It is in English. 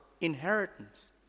inheritance